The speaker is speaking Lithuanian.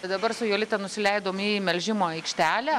tai dabar su jolita nusileidom į melžimo aikštelę